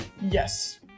yes